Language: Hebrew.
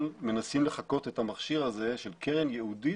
מנסים לחקות את המכשיר הזה של קרן ייעודית,